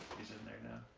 he's in there now.